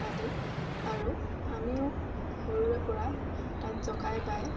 আদি আৰু আমিও সৰুৰে পৰা তাত জকাই বাই